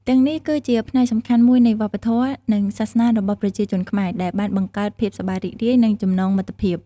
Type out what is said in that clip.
ទាំងនេះគឺជាផ្នែកសំខាន់មួយនៃវប្បធម៌ និងសាសនារបស់ប្រជាជនខ្មែរ ដែលបានបង្កើតភាពសប្បាយរីករាយ និងចំណងមិត្តភាព។